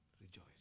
Rejoice